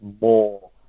more